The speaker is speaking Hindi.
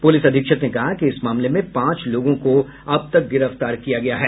पुलिस अधीक्षक ने कहा कि इस मामले में पांच लोगों को अब तक गिरफ्तार किया गया है